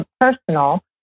personal